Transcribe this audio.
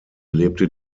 lebte